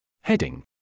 Heading